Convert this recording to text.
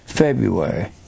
February